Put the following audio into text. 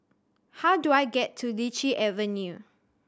how do I get to Lichi Avenue